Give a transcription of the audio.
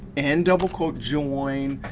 end double quote, join,